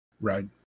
Right